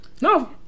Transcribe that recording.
No